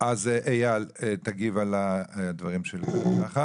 אייל תגיב על הדברים של שחר.